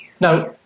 Now